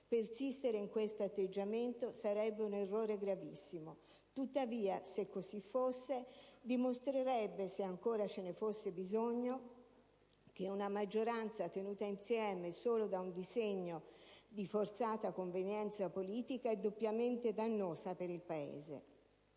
Persistere in questo atteggiamento sarebbe un errore gravissimo. Tuttavia, se così fosse, dimostrerebbe, se ancora ce ne fosse bisogno, che una maggioranza tenuta insieme solo da un disegno di forzata convenienza politica, è doppiamente dannosa per il Paese: